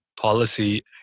policy